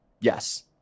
Yes